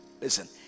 Listen